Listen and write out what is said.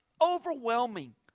overwhelming